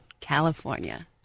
California